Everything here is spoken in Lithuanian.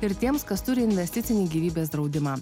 ir tiems kas turi investicinį gyvybės draudimą